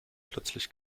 plötzlich